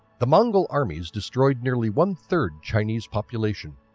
the mongol armies destroyed nearly one-third chinese population.